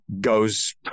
goes